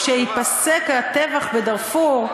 כשייפסק הטבח בדארפור,